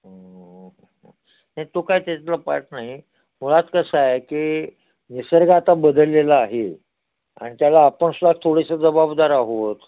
नाही तो काय पाट नाही मुळात कसं आहे की निसर्ग आता बदललेला आहे आणि त्याला आपण सुआ थोडेसे जबाबदार आहोत